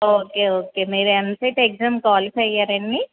okay okay మీరు EAMCET exam qualify అయ్యారండి